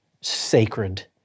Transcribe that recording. sacred